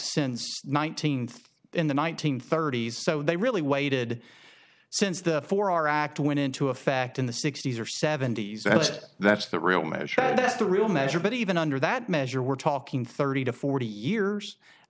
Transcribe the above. since nineteenth in the one nine hundred thirty s so they really waited since the four our act went into effect in the sixty's or seventy's that's the real measure the real measure but even under that measure we're talking thirty to forty years i